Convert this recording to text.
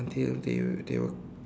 until they will they will